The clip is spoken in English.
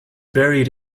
buried